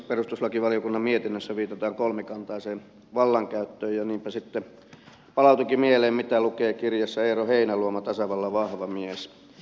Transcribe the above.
perustuslakivaliokunnan mietinnössä viitataan kolmikantaiseen vallankäyttöön ja niinpä sitten palautinkin mieleen mitä lukee kirjassa eero heinäluoma tasavallan vahva mies